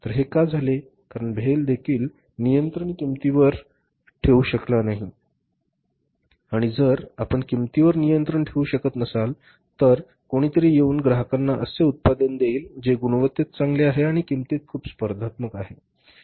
तर हे का झाले आहे कारण भेल देखील किंमतीवर नियंत्रण ठेवू शकला नाही आणि जर आपण किंमतीवर नियंत्रण ठेवू शकत नसाल तर कोणीतरी येऊन ग्राहकांना असे उत्पादन दिईल जे गुणवत्तेत चांगले आहे आणि किंमतीत खूप स्पर्धात्मक आहे